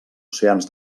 oceans